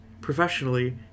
professionally